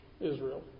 Israel